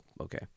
okay